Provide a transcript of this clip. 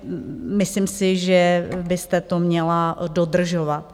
Myslím si, že byste to měla dodržovat.